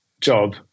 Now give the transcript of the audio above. job